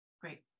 Great